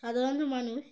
সাধারনত মানুষ